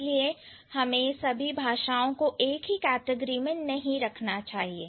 इसलिए हमें सभी भाषाओं को एक ही कैटेगरी में नहीं रखना चाहिए